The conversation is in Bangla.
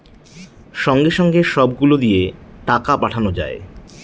সঙ্গে সঙ্গে সব গুলো দিয়ে টাকা পাঠানো যায়